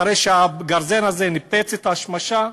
אחרי שהגרזן הזה ניפץ את השמשה,